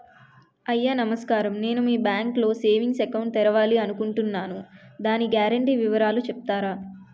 అయ్యా నమస్కారం నేను మీ బ్యాంక్ లో సేవింగ్స్ అకౌంట్ తెరవాలి అనుకుంటున్నాను దాని గ్యారంటీ వివరాలు చెప్తారా?